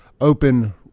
Open